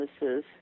businesses